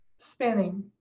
spinning